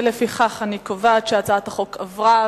ולפיכך אני קובעת שהצעת החוק עברה,